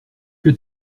que